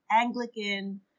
Anglican